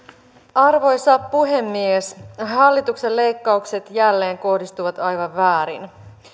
arvoisa puhemies hallituksen leikkaukset jälleen kohdistuvat aivan väärin